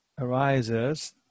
arises